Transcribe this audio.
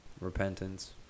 repentance